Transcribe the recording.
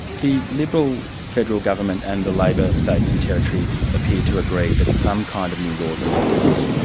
the liberal federal government and the labor states and territories appear to agree that some kind of new laws are needed.